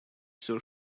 всё